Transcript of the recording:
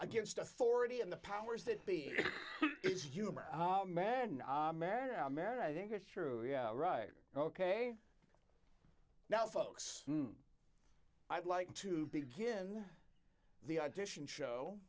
against authority and the powers that be it's humor oh man i married i married i think it's true yeah right ok now folks i'd like to begin the audition show